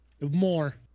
More